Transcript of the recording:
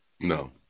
No